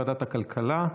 בוועדת הכלכלה.